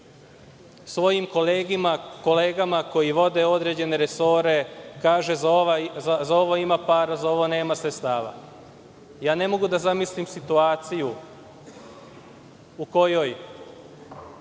svojim kolegama koji vode određene resore kaže – za ovo ima para, za ovo nema sredstava. Ne mogu da zamislim situaciju u kojoj